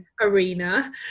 arena